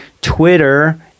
Twitter